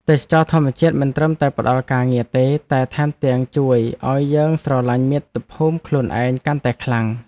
ទេសចរណ៍ធម្មជាតិមិនត្រឹមតែផ្តល់ការងារទេតែថែមទាំងជួយឱ្យយើងស្រឡាញ់មាតុភូមិខ្លួនឯងកាន់តែខ្លាំង។